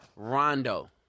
Rondo